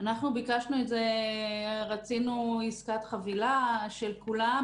אנחנו ביקשנו את זה, רצינו עסקת חבילה של כולם.